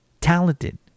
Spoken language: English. talented